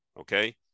Okay